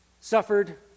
suffered